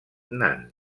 nan